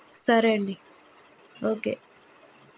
సరే అండి ఓకే